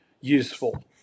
useful